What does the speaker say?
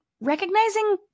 recognizing